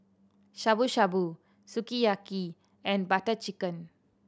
Shabu Shabu Sukiyaki and Butter Chicken